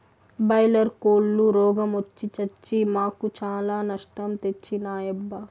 boiler కోల్లు రోగ మొచ్చి సచ్చి మాకు చాలా నష్టం తెచ్చినాయబ్బా